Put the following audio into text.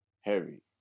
heavy